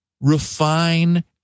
refine